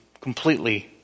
completely